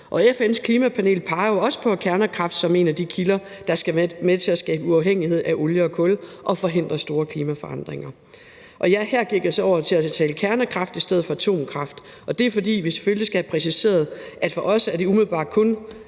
FN's klimapanel peger jo også på kernekraft som en af de kilder, der skal være med til at skabe uafhængighed af olie og kul og forhindre store klimaforandringer. Og ja, her gik jeg så over til at tale om kernekraft i stedet for atomkraft, og det er, fordi vi selvfølgelig skal have præciseret, at det for os umiddelbart kun